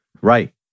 Right